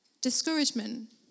Discouragement